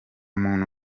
muntu